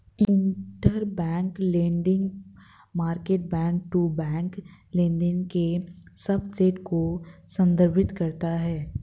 interbank lending market back to back लेनदेन के subset को संदर्भित करता है